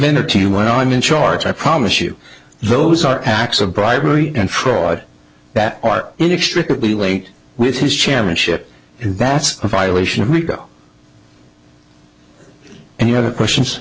you when i'm in charge i promise you those are acts of bribery and fraud that are inextricably linked with his chairmanship and that's a violation of we go any other questions